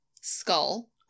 skull